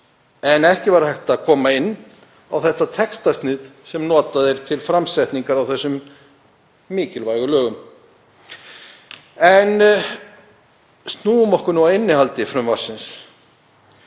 var ekki hægt að koma inn á það textasnið sem notað er til framsetningar á þessum mikilvægu lögum. Snúum okkur að innihaldi frumvarpsins